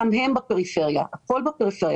גם הם בפריפריה - הכול בפריפריה.